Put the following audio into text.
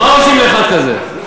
מה עושים לאחד כזה?